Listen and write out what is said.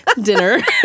dinner